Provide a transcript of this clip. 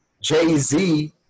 Jay-Z